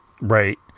Right